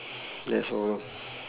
ya so